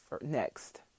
next